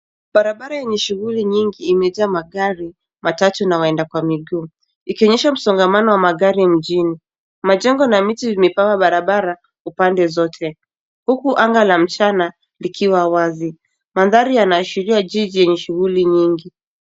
Barabara yenye shughuli nyingi imejaa magari matatu na waenda kwa miguu ,ikionyesha msongamano wa magari mjini ,majengo na miti vipawa barabara upande zote huku anga la mchana likiwa wazi ,mandhari yanaashiria jiji lenye shughuli nyingi.